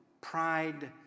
Pride